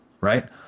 Right